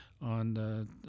on